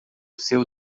seu